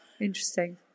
Interesting